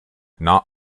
not